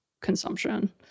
consumption